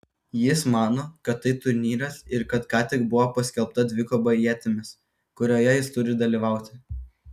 jis mano kad tai turnyras ir kad ką tik buvo paskelbta dvikova ietimis kurioje jis turi dalyvauti